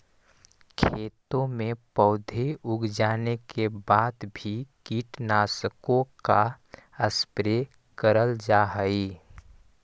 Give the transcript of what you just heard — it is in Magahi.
खेतों में पौधे उग जाने के बाद भी कीटनाशकों का स्प्रे करल जा हई